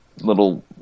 little